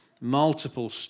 multiple